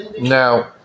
Now